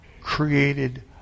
created